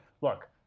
look